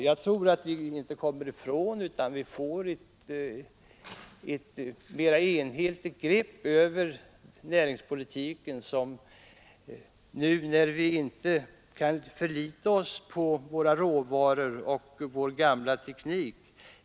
Jag tror att vi inte kommer ifrån nödvändigheten av ett mera enhetligt grepp över näringspolitiken, nu när vi inte kan förlita oss på våra råvaror och vår gamla teknik.